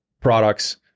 products